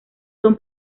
son